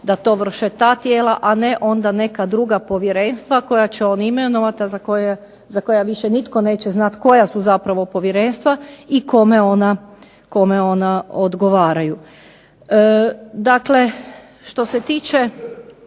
da to vrše ta tijela, a ne onda neka druga povjerenstva koja će on imenovati, a za koja više nitko neće znati koja su zapravo povjerenstva i kome ona odgovaraju. Dakle, što se tiče